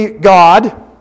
God